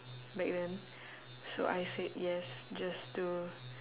back then so I said yes just to